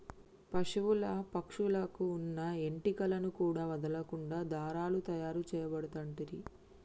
పశువుల పక్షుల కు వున్న ఏంటి కలను కూడా వదులకుండా దారాలు తాయారు చేయబడుతంటిరి